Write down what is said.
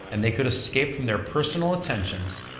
and they could escape from their personal attentions,